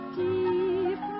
deep